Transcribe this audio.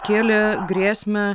kėlė grėsmę